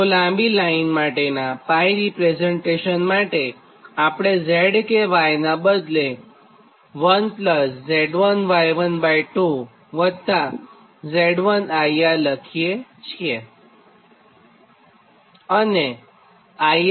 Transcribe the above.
તો લાંબી લાઇન માટેનાં 𝜋 રીપ્રેઝન્ટેશન માટે આપણે Z કે Y નાં બદલે 1Z1Y12 વત્તા Z1IR લખીએ છીએ